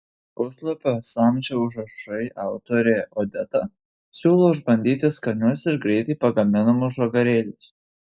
puslapio samčio užrašai autorė odeta siūlo išbandyti skanius ir greitai pagaminamus žagarėlius